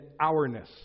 ourness